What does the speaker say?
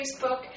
Facebook